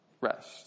rest